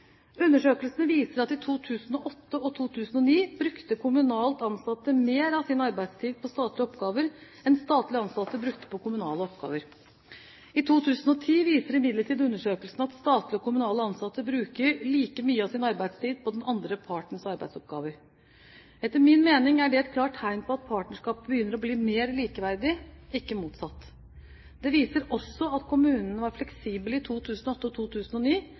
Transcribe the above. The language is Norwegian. Undersøkelsene viser at i 2008 og 2009 brukte kommunalt ansatte mer av sin arbeidstid på statlige oppgaver enn statlig ansatte brukte på kommunale oppgaver. I 2010 viser imidlertid undersøkelsen at statlig og kommunalt ansatte bruker like mye av sin arbeidstid på den andre partnerens arbeidsoppgaver. Etter min mening er det et klart tegn på at partnerskapet begynner å bli mer likeverdig, ikke motsatt. Det viser også at kommunene var fleksible i 2008 og 2009,